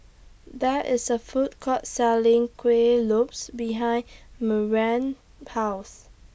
There IS A Food Court Selling Kuih Lopes behind Marian's House